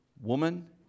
woman